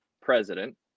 president